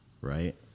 right